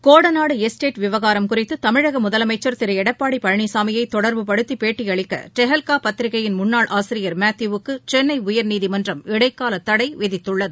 Kodanad estate விவகாரம் குறித்து தமிழ்நாடு முதலமைச்சர் திரு எடப்பாடி பழனிசாமியை தொடர்பு படுத்தி பேட்டியளிக்க தெஹல்கா பத்திரிக்கையின் முன்னாள் ஆசிரியர் மேத்யூ வுக்கு சென்னை உயர்நீதிமன்றம் இடைக்கால தடை விதித்துள்ளது